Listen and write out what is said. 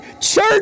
Church